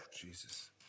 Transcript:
Jesus